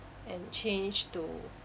and change to